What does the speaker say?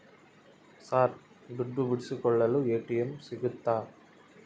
Sir ದುಡ್ಡು ಬಿಡಿಸಿಕೊಳ್ಳಲು ATM ಸಿಗುತ್ತಾ?